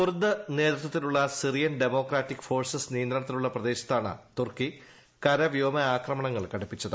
Kurd നേതൃത്വത്തിലുള്ള Syrian democratic forces നിയന്ത്രണത്തിലുള്ള പ്രദേശത്താണ് തുർക്കി കര വ്യോമ ആക്രമണങ്ങൾ കടുപ്പിച്ചത്